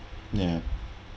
yeah